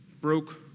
broke